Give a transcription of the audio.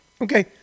okay